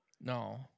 No